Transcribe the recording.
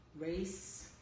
race